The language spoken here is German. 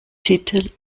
titel